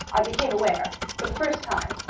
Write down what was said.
i became aware, for the first time,